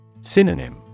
Synonym